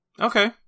Okay